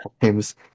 times